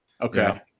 okay